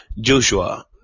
Joshua